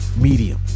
medium